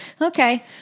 Okay